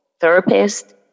Therapist